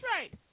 right